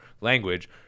Language